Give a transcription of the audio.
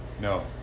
No